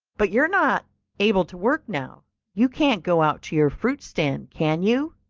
but you're not able to work now you can't go out to your fruit stand, can you?